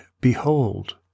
Behold